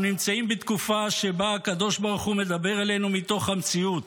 אנחנו נמצאים בתקופה שבה הקדוש ברוך הוא מדבר אלינו מתוך המציאות.